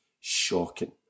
shocking